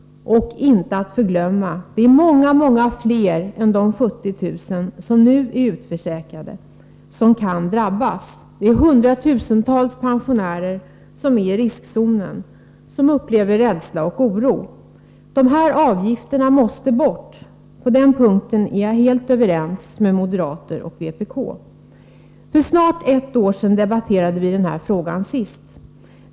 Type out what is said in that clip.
Det är inte att förglömma att långt fler än de 70 000 som nu är utförsäkrade kan drabbas. Hundratusentals pensionärer befinner sig i riskzonen, och de upplever rädsla och oro. Dessa avgifter måste alltså bort. På den punkten är jag helt överens med moderater och vpk:are. Det är snart ett år sedan vi senast debatterade den här frågan.